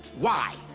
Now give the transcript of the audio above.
why?